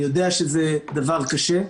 אני יודע שזה דבר קשה,